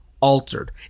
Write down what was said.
altered